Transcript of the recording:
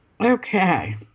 Okay